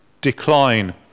decline